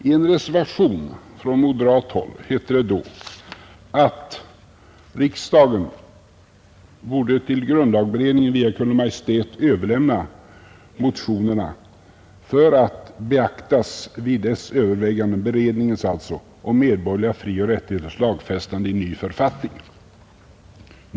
I en reservation från moderat håll hette det då att riksdagen borde till grundlagberedningen via Kungl. Maj:t överlämna motionerna för att beaktas vid beredningens överväganden om medborgerliga frioch rättigheters lagfästande i ny författning.